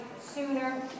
sooner